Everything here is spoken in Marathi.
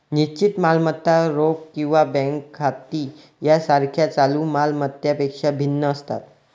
निश्चित मालमत्ता रोख किंवा बँक खाती यासारख्या चालू माल मत्तांपेक्षा भिन्न असतात